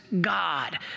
God